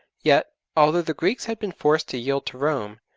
yet, although the greeks had been forced to yield to rome,